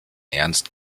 ernst